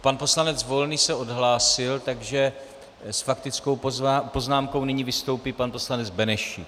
Pan poslanec Volný se odhlásil, takže s faktickou poznámkou nyní vystoupí pan poslanec Benešík.